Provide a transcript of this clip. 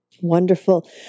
Wonderful